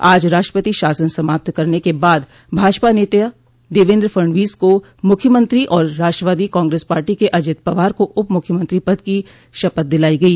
आज तड़के राष्ट्रपति शासन समाप्त करने के बाद भाजपा नेता देवेन्द्र फडणवीस को मुख्यमंत्री और राष्ट्रवादो कांग्रेस पार्टी के अजित पवार को उप मुख्यमंत्री पद की शपथ दिलाई गई